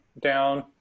down